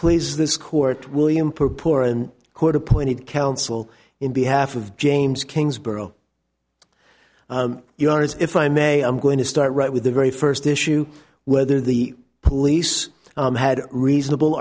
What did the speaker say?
please this court william for poor and court appointed counsel in behalf of james kingsborough you are as if i may i'm going to start right with the very first issue whether the police had reasonable